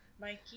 Mikey